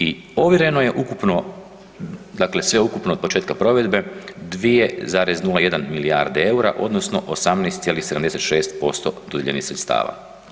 I ovjereno je ukupno, dakle sveukupno od početka provedbe 2,01 milijarde EUR-a odnosno 18,76% od dodijeljenih sredstava.